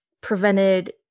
prevented